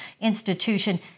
institution